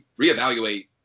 reevaluate